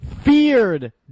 feared